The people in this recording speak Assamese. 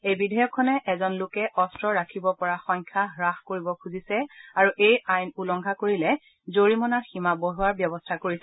এই বিধেয়কখনে এজন লোকে অস্ত্ৰ ৰাখিব পৰা সংখ্যা হাস কৰিব বিচাৰিছে আৰু এই আইন উলংঘন কৰিলে জৰিমনাৰ সীমা বঢ়োৱাৰ ব্যৱস্থা কৰিছে